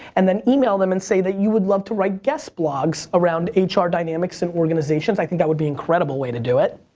and then email them and say that you would love to write guest blogs around hr dynamics in organizations. i think that would be incredible way to do it.